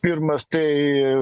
pirmas tai